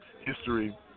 history